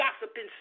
gossiping